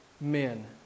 men